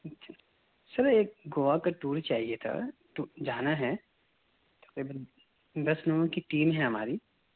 سر ایک گووا کا ٹور چاہیے تھا تو جانا ہے تقریباً دس لوگوں کی ٹیم ہے ہماری